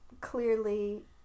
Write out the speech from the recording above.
clearly